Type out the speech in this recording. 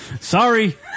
Sorry